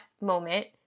moment